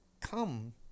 come